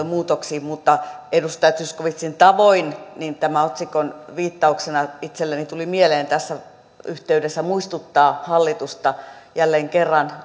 muutoksiin mutta edustaja zyskowiczin tavoin tämän otsikon viittauksena itselleni tuli mieleen tässä yhteydessä muistuttaa hallitusta jälleen kerran